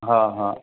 हा हा